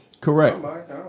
Correct